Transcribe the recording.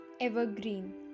evergreen